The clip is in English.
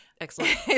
Excellent